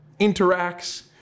interacts